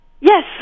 Yes